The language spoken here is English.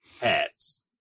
hats